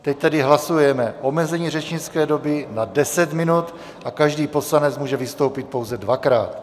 Teď tedy hlasujeme omezení řečnické doby na deset minut a každý poslanec může vystoupit pouze dvakrát.